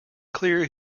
clear